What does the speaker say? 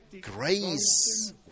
grace